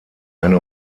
eine